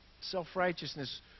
self-righteousness